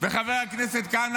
חבר הכנסת כהנא,